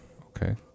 Okay